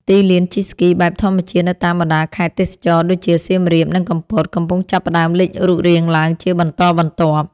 ទីលានជិះស្គីបែបធម្មជាតិនៅតាមបណ្ដាខេត្តទេសចរណ៍ដូចជា សៀមរាប និងកំពត កំពុងចាប់ផ្ដើមលេចរូបរាងឡើងជាបន្តបន្ទាប់។